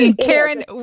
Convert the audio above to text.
Karen